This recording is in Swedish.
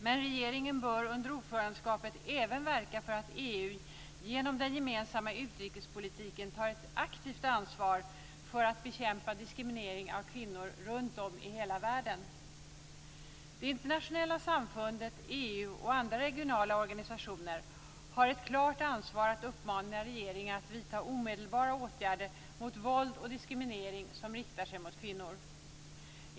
Men regeringen bör under ordförandeskapet även verka för att EU genom den gemensamma utrikespolitiken tar ett aktivt ansvar för att bekämpa diskriminering av kvinnor runt om i hela världen. Det internationella samfundet, EU och andra regionala organisationer har ett klart ansvar för att uppmana regeringar att vidta omedelbara åtgärder mot våld och diskriminering som riktar sig mot kvinnor.